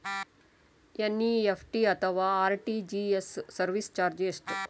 NEFT ಅಥವಾ RTGS service charge ಎಷ್ಟು?